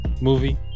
movie